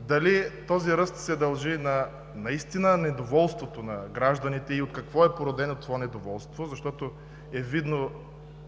дали този ръст се дължи на наистина недоволството на гражданите и от какво е породено това недоволство, защото е видно